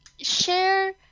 Share